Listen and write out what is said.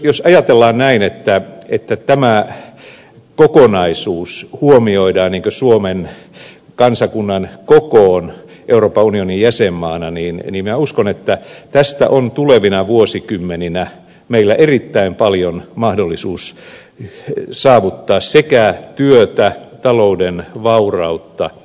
jos ajatellaan näin että tämä kokonaisuus huomioidaan suhteessa suomen kansakunnan kokoon euroopan unionin jäsenmaana niin minä uskon että tässä meillä on tulevina vuosikymmeninä erittäin suuri mahdollisuus saavuttaa sekä työtä että talouden vaurautta